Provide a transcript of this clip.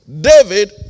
David